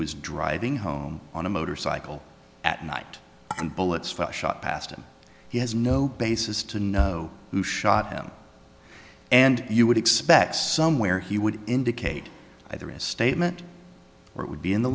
was driving home on a motorcycle at night and bullets for a shot past him he has no basis to know who shot him and you would expect somewhere he would indicate either a statement or it would be in the